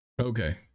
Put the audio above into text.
Okay